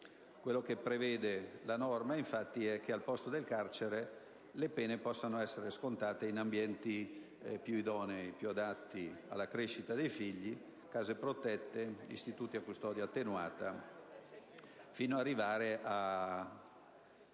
Quello che prevede la norma, infatti, è che anziché in carcere le pene possano essere scontate in ambienti più idonei e adatti alla crescita dei figli: case protette, istituti a custodia attenuata, fino ad arrivare agli